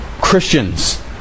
Christians